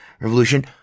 revolution